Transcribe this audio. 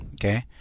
Okay